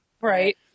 Right